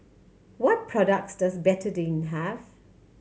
what products does Betadine have